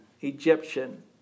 Egyptian